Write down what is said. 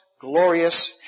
glorious